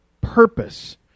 purpose